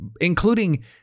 including